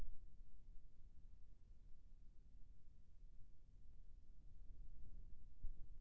स्वयं बर लोन, घर बर ऋण, ये सब्बो ऋण लहे बर का का करे ले पड़ही?